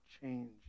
change